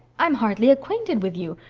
i'm hardly acquainted with you,